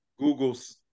Googles